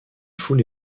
foule